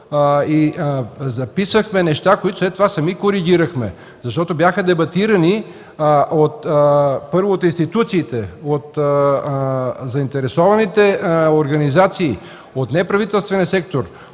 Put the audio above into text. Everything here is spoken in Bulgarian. записахме неща, които след това сами коригирахме, защото бяха дебатирани първо от институциите, от заинтересованите организации, от неправителствения сектор,